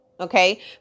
Okay